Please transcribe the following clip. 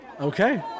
Okay